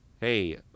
hey